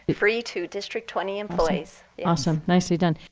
free to district twenty employees. awesome. nicely done.